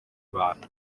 bantu